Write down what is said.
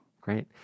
Great